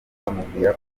bamubwira